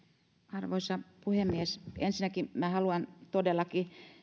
arvoisa puhemies ensinnäkin minä haluan todellakin